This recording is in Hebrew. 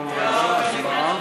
סעיפים 1 4 נתקבלו.